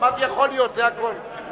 אמרתי "יכול להיות", זה הכול.